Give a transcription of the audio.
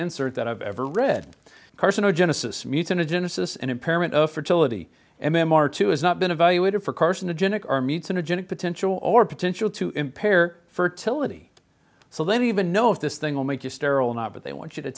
insert that i've ever read carcinogenic mutant agenesis and impairment of fertility m m r to is not been evaluated for carcinogenic our meats energetic potential or potential to impair fertility so they even know if this thing will make you sterile now but they want you to